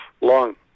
long